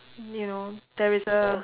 you know there is a